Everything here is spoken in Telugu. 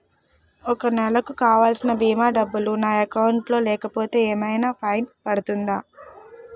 ఒక నెలకు కావాల్సిన భీమా డబ్బులు నా అకౌంట్ లో లేకపోతే ఏమైనా ఫైన్ పడుతుందా?